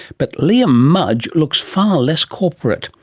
but liam mudge looks far less corporate.